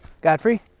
Godfrey